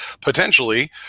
potentially